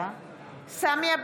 (קוראת בשמות חברי הכנסת) אפרת רייטן מרום,